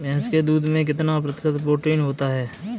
भैंस के दूध में कितना प्रतिशत प्रोटीन होता है?